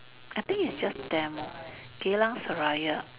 I think it's just demo Geylang Serai mm